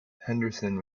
henderson